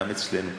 גם אצלנו.